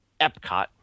Epcot